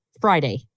Friday